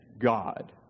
God